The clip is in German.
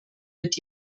mit